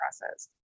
process